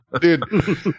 Dude